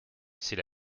c’est